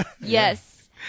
yes